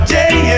day